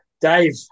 Dave